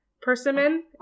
persimmon